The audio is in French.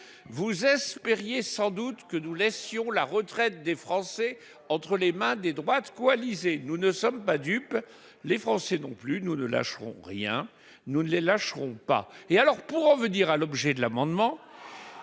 Vous espériez sans doute que nous laisserions la retraite des Français entre les mains des droites coalisées. Nous ne sommes pas dupes, les Français non plus. Nous ne lâcherons rien ; nous ne les lâcherons pas. Amen ! Cet amendement